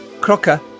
Crocker